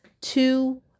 two